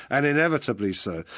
and inevitably so,